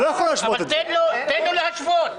תן לו להשוות.